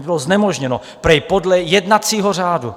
Bylo mi znemožněno prý podle jednacího řádu.